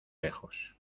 lejos